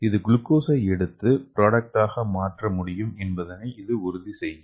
இது குளுக்கோஸை எடுத்து ப்ராடக்ட் ஆக மாற்ற முடியும் என்பதை இது உறுதி செய்யும்